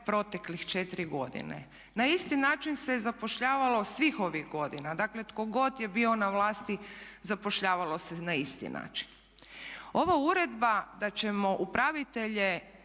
proteklih 4 godine. Na isti način se zapošljavalo svih ovih godina, dakle tko god je bio na vlasti zapošljavalo se na isti način. Ova uredba da ćemo upravitelje